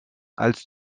als